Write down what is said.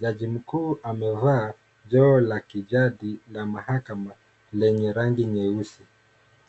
Jaji mkuu amevaa joho la kijadi la mahakama lenye rangi nyeusi.